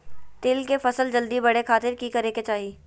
तिल के फसल जल्दी बड़े खातिर की करे के चाही?